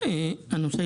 אחמד,